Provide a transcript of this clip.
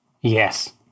Yes